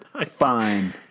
Fine